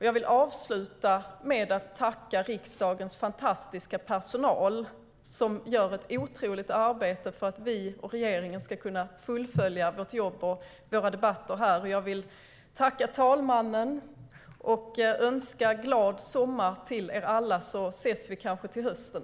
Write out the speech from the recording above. Jag vill avsluta med att tacka riksdagens fantastiska personal som gör ett otroligt arbete för att vi och regeringen ska kunna fullfölja vårt jobb och våra debatter här. Jag vill också tacka talmannen och önska glad sommar till er alla. Vi ses kanske till hösten.